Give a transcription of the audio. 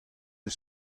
eus